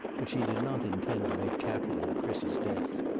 but she did not intend to make capital of chris's death.